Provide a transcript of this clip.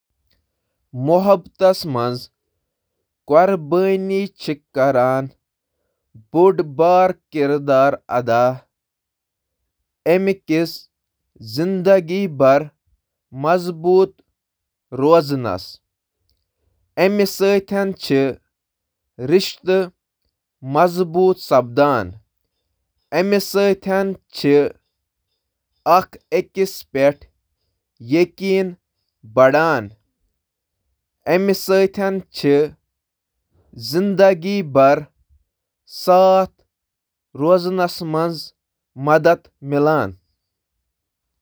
قربٲنی چھِ صحت مند تہٕ پوٗرٕ رِشتہٕ ہُنٛد اکھ اَہَم حِصہٕ تِکیازِ یہِ چھُ تُہنٛدِس سٲتھیَس ظٲہِر کران زِ تُہۍ چھِو تِمَن تہٕ تِہنٛدِس صحتَس